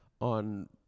on